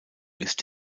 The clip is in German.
ist